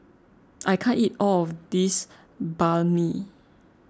I can't eat all of this Banh Mi